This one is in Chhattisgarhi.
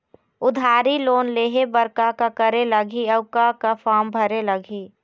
उधारी लोन लेहे बर का का करे लगही अऊ का का फार्म भरे लगही?